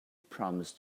promised